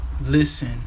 listen